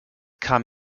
kam